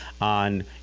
on